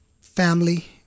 family